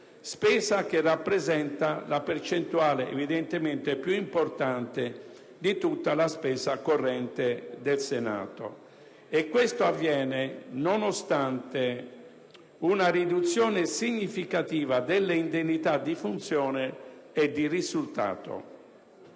Senato, che rappresenta la percentuale evidentemente più importante di tutta la spesa corrente del Senato. Ciò avviene nonostante una riduzione significativa delle indennità di funzione e di risultato.